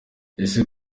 ese